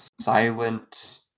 silent